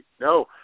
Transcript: No